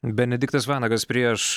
benediktas vanagas prieš